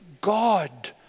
God